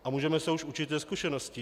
A můžeme se už učit ze zkušeností.